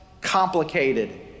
complicated